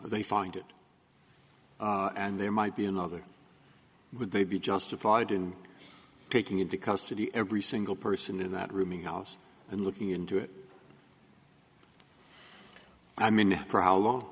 they find it and there might be another would they be justified in taking into custody every single person in that rooming house and looking into it i mean for how long